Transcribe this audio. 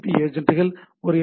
B ஏஜன்ட்டுகள் ஒரு S